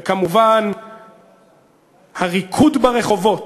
וכמובן הריקוד ברחובות